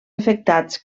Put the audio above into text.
afectats